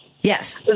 Yes